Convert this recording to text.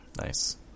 Nice